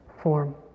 form